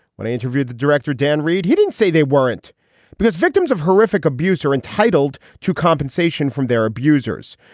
when i interviewed the director dan reid he didn't say they weren't because victims of horrific abuse are entitled to compensation from their abusers.